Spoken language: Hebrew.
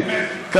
מרצ,